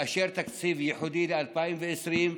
לאשר תקציב ייחודי ל-2020,